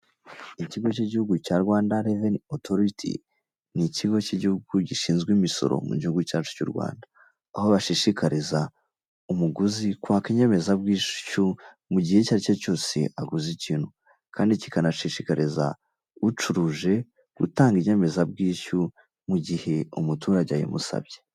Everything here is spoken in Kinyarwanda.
Ikigo cy'igihugu cya Rwanda Revenue Authority ni ikigo cy'igihugu gishinzwe imisoro mu gihugu cyacu cy'u Rwanda, aho bashishikariza umuguzi kwaka inyemezabwishyu mu gihe icyo ari cyo cyose aguze ikintu, kandi kikanashishikariza ucuruje gutanga inyemezabwishyu mu gihe umuturage ayimusabye.